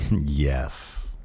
yes